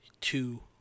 two